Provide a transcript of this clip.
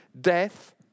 death